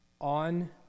on